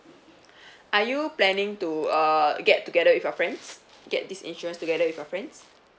are you planning to uh get together with your friends get this insurance together with your friends